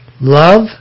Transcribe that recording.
Love